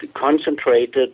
concentrated